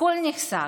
הכול נחשף.